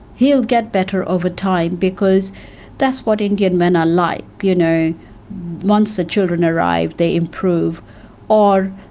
he'll get better over time, because that's what indian men are like. you know once the children arrive they improve' or